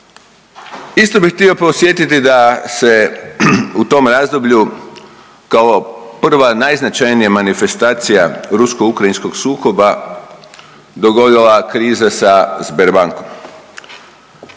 Isto bih htio podsjetiti da se u tom razdoblju kao prva najznačajnija manifestacija rusko-ukrajinskog sukoba dogodila kriza sa Sberbankom.